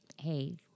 hey